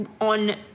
on